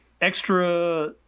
extra